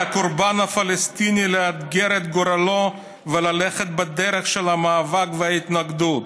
על הקורבן הפלסטיני לאתגר את גורלו וללכת בדרך של המאבק וההתנגדות.